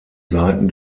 seiten